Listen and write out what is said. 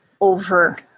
over